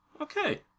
Okay